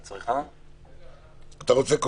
בבקשה, גברתי יושבת-ראש ועדת הפנים.